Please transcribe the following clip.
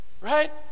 Right